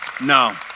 No